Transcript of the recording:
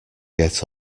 get